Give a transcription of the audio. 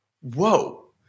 whoa